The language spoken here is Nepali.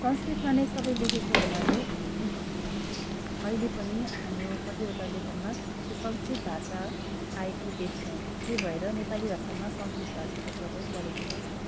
संस्कृतमा नै सबै लेखेको हुनाले अहिले पनि हाम्रो कतिवटा लेखनमा त्यो संस्कृत भाषा आएको देख्छौँ त्यही भएर नेपाली भाषामा संस्कृत भाषाको प्रभाव परेको नै छ